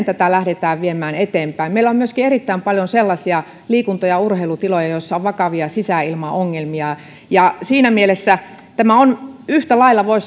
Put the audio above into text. tätä lähdetään viemään eteenpäin meillä on myöskin erittäin paljon sellaisia liikunta ja urheilutiloja joissa on vakavia sisäilmaongelmia ja siinä mielessä voisi sanoa että tämä on yhtä lailla